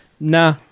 nah